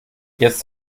jetzt